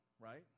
right